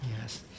Yes